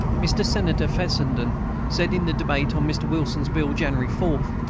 mr. senator fessenden said, in the debate on mr. wilson's bill, january four,